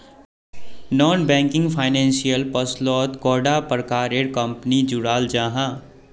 Non banking financial फसलोत कैडा प्रकारेर कंपनी जुराल जाहा?